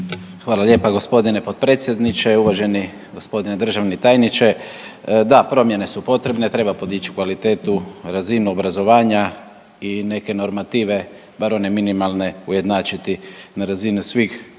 Hvala lijepa g. potpredsjedniče, uvaženi g. državni tajniče. Da, promjene su potrebne, treba podić kvalitetu i razinu obrazovanja i neke normative, bar one minimalne ujednačiti na razini svih